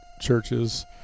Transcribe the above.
churches